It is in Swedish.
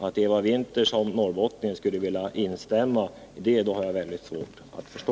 Att Eva Winther som norrbottning skulle vilja instämma i en sådan tankegång har jag väldigt svårt att förstå.